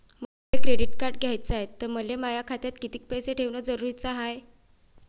मले credit card घ्याचं हाय, त मले माया खात्यात कितीक पैसे ठेवणं जरुरीच हाय?